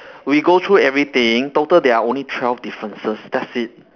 we go through everything total there are only twelve differences that's it